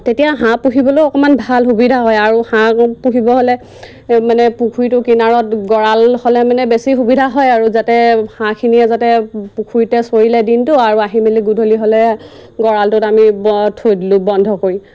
তেতিয়া হাঁহ পুহিবলৈ অকণমান ভাল সুবিধা হয় আৰু হাঁহ পুহিবলৈ হ'লে মানে পুখুৰীটো কিনাৰত গঁড়াল হ'লে মানে বেছি সুবিধা হয় আৰু যাতে হাঁহখিনিয়ে যাতে পুখুৰীতে চৰিলে দিনটো আৰু আহি মেলি গধূলি হ'লে গঁড়ালটোত আমি থৈ দিলোঁ বন্ধ কৰি